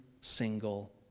single